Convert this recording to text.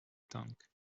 tank